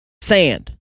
Sand